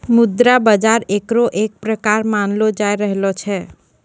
मुद्रा बाजार एकरे एक प्रकार मानलो जाय रहलो छै